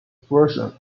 version